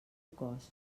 cos